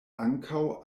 ankaŭ